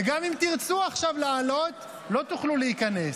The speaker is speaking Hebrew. וגם אם תרצו עכשיו לעלות, לא תוכלו להיכנס.